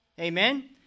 Amen